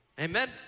Amen